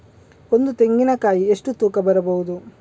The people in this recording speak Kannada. ಒಂದು ತೆಂಗಿನ ಕಾಯಿ ಎಷ್ಟು ತೂಕ ಬರಬಹುದು?